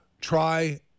try